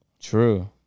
True